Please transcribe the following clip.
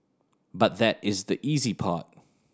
but that is the easy part